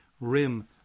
rim